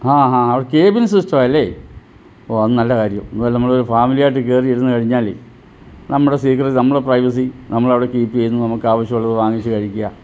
ആ ഹാ അവര് കേബിൻ സിസ്റ്റമാണ് അല്ലെ ഓ അത് നല്ല കാര്യം എന്തായാലും നമ്മള് ഒള്രു ഫാമിലി ആയിട്ട് കയറി ഇരുന്ന് കഴിഞ്ഞാലേ നമ്മുടെ സീക്രെട്സ് നമ്മുടെ പ്രൈവസി നമ്മളവിടെ കീപേയ്യുന്നു നമുക്കാവശ്യമുള്ളത് വാങ്ങിച്ചുകഴിക്കാന്